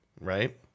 Right